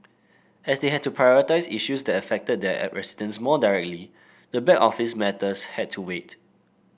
as they had to prioritise issues that affected their residents more directly the back office matters had to wait